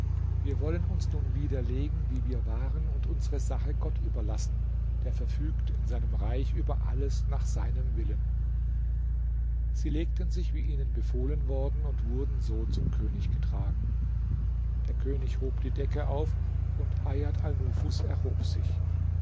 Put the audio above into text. wir wollen uns nun wieder legen wie wir waren und unsere sache gott überlassen der verfügt in seinem reich über alles nach seinem willen sie legten sich wie ihnen befohlen worden und wurden so zum könig getragen der könig hob die decke auf und hajat alnufus erhob sich